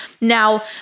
Now